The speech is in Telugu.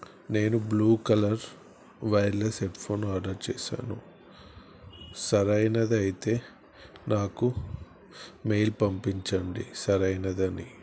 నేను blue colour wireless headphone order చేశాను సరైనదైతే నాకు మెయిల్ పంపించండి సరైనదని